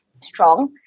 strong